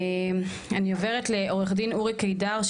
אני עוברת לעו"ד אורי קידר,